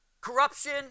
corruption